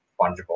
fungible